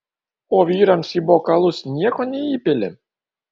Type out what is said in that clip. o vyrams į bokalus nieko neįpili